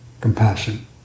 compassion